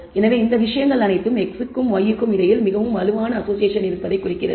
எனவே இந்த விஷயங்கள் அனைத்தும் x க்கும் y க்கும் இடையில் மிகவும் வலுவான அசோசியேஷன் இருப்பதைக் குறிக்கிறது